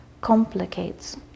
complicates